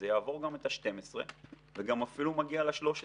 זה יעבור גם את ה-12% וגם אפילו מגיע ל-13%.